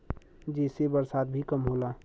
जेसे बरसात भी कम होला